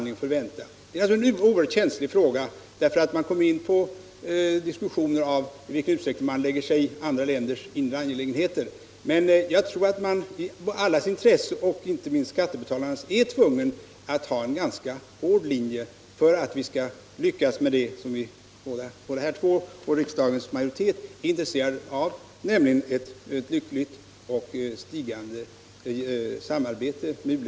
Det gäller alltså en oerhört känslig fråga, eftersom man kommer in på diskussioner om i vilken utsträckning man lägger sig i andra länders inre angelägenheter. Men jag tror att man i allas intresse, inte minst skatte 161 Nr 122 betalarnas, är tvungen att följa en ganska hård linje för att vi skall kunna Tisdagen den lyckas med det som vi båda och riksdagens majoritet är intresserade av, 11 maj 1976 nämligen ett framgångsrikt och ökande samarbete med u-länderna för att —— nn —. hjälpa dem i deras utveckling: Om åtgärder för att förbättra elevassi Överläggningen var härmed slutad.